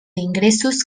ingressos